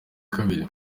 kabiri